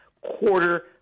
quarter